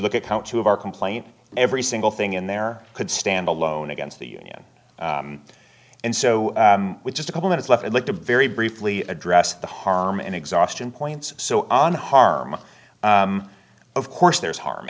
look at count two of our complaint every single thing in there could stand alone against the union and so just a couple minutes left i'd like to very briefly address the harm and exhaustion points so on harm of course there's harm